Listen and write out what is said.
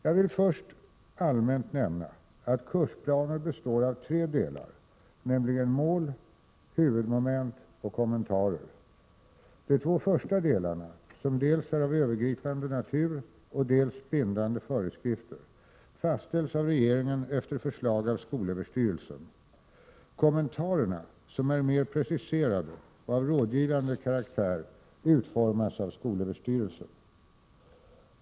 Jag vill först allmänt nämna att kursplaner består av tre delar, nämligen mål, huvudmoment och kommentarer. De två första delarna, som dels är av övergripande natur, dels är bindande föreskrifter, fastställs av regeringen efter förslag av skolöverstyrelsen. Kommentarerna, som är mera preciserade och av rådgivande karaktär, utformas av skolöverstyrelsen.